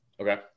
Okay